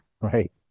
right